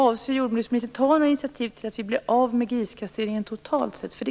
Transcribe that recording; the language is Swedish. Avser jordbruksministern ta några initiativ för att vi skall bli av med griskastreringen totalt sett?